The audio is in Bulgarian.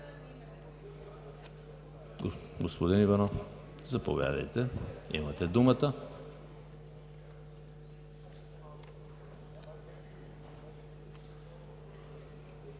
Господин Иванов, заповядайте, имате думата.